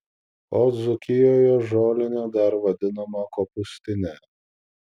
o dzūkijoje žolinė dar vadinama kopūstine